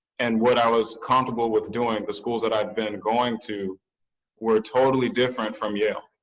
and what i was comfortable with doing the schools that i'd been going to were totally different from yale.